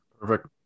Perfect